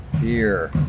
beer